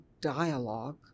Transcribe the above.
dialogue